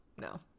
No